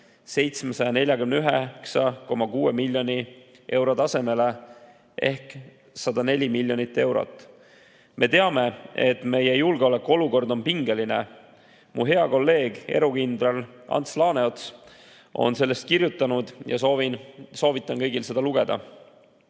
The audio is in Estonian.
749,6 miljoni euroni ehk kasv on 104 miljonit eurot. Me teame, et meie julgeolekuolukord on pingeline. Mu hea kolleeg erukindral Ants Laaneots on sellest kirjutanud, soovitan kõigil seda lugeda.